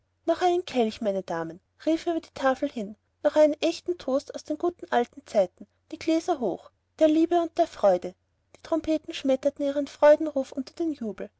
noch einen kelch meine damen rief er über die tafel hin noch einen echten toast aus den guten alten zeiten die gläser hoch der liebe und der freude die trompeten schmetterten ihren freudenruf unter den jubel